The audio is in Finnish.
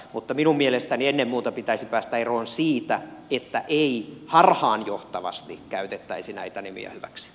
mutta minun mielestäni ennen muuta pitäisi päästä eroon siitä että harhaanjohtavasti käytetään näitä nimiä hyväksi